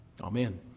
Amen